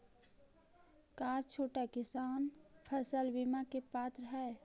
का छोटा किसान फसल बीमा के पात्र हई?